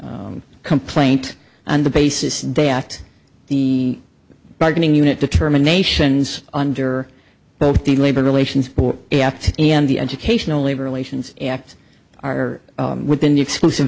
complaint on the basis they at the bargaining unit determinations under both the labor relations act and the educational labor relations act are within the exclusive